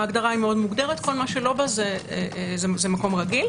ההגדרה מאוד מוגדרת וכול מה שלא בה זה מקום רגיל.